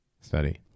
study